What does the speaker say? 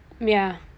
ya